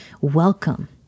welcome